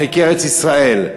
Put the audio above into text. בחלקי ארץ-ישראל,